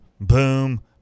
boom